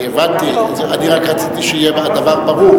הבנתי, רק רציתי שהדבר יהיה ברור.